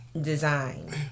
design